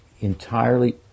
entirely